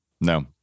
no